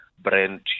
brand